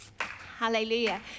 Hallelujah